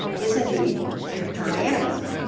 is indeed a return to animism.